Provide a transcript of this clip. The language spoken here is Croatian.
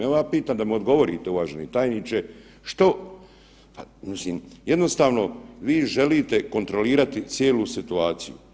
Ja vas pitam da mi odgovorite, uvaženi tajniče, što, mislim vi jednostavno želite kontrolirati cijelu situaciju.